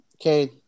Okay